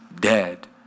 dead